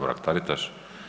Mrak-Taritaš.